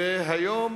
והיום